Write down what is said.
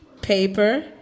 paper